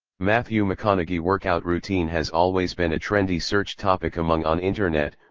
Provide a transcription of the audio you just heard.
matthew mcconaughey workout routine has always been a trendy search topic among on internet,